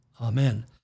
Amen